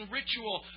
ritual